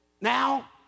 now